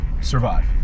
survive